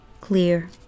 clear